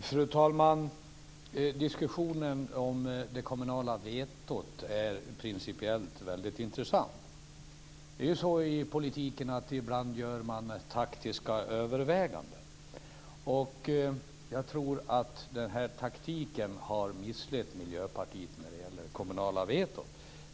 Fru talman! Diskussionen om det kommunala vetot är principiellt intressant. Ibland gör man taktiska överväganden i politiken. Jag tror att taktiken har misslett Miljöpartiet när det gäller det kommunala vetot.